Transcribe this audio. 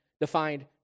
defined